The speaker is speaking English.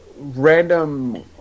random